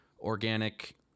organic